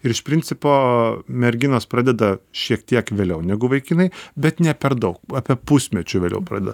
ir iš principo merginos pradeda šiek tiek vėliau negu vaikinai bet ne per daug apie pusmečiu vėliau pradeda